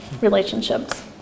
relationships